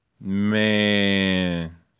Man